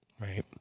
Right